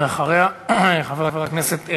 והרי עכשיו יש גם עניינים של מה פוגע במדינת ישראל,